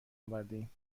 آوردیم